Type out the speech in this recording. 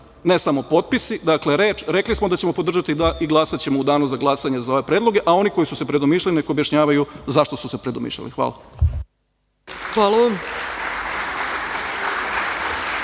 ne samo potpisi. Dakle, rekli smo da ćemo podržati i glasaćemo u danu za glasanje za ove predloge, a oni koji su se predomišljali neka objašnjavaju zašto su se predomišljali. Hvala. **Ana